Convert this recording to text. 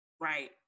right